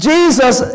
Jesus